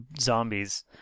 zombies